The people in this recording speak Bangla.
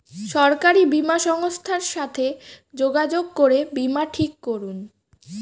সরকারি বীমা সংস্থার সাথে যোগাযোগ করে বীমা ঠিক করুন